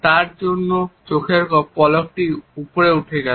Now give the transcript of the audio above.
তার জন্য চোখের পলকটি উপরে উঠে গেল